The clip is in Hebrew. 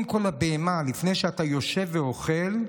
לבהמה, לפני שאתה יושב ואוכל.